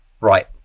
Right